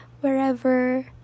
wherever